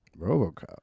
RoboCop